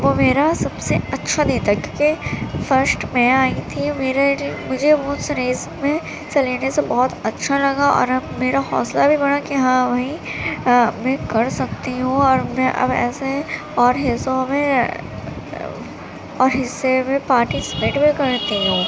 وہ میرا سب سے اچھا دن تھا کیونکہ فسٹ میں آئی تھی میرے مجھے اس ریس میں حصہ لینے سے بہت اچھا لگا اور اب میرا حوصلہ بھی بڑھا کہ ہاں بھائی میں کر سکتی ہوں اور میں اب ایسے اور حصوں میں اور حصے میں پارٹیسیپیٹ بھی کرتی ہوں